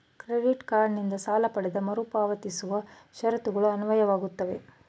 credit card ನಿಂದ ಪಡೆದ ಸಾಲ ಮರುಪಾವತಿಸುವ ಷರತ್ತುಗಳು ಅನ್ವಯವಾಗುತ್ತವೆ